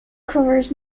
covers